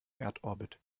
erdorbit